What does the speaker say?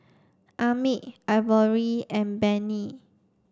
Emmitt Ivory and Benny